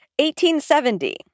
1870